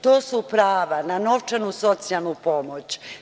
To su prava na novčanu socijalnu pomoć.